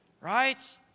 right